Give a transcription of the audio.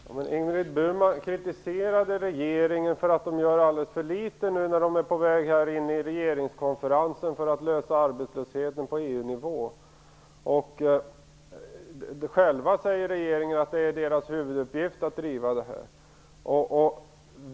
Fru talman! Ingrid Burman kritiserade regeringen för att den gör alldeles för litet nu när den är på väg in i regeringskonferensen för att lösa problemet med arbetslösheten på EU-nivå. Regeringen säger att det är dess huvuduppgift att driva den här frågan.